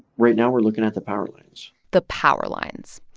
right now we're looking at the power lines the power lines.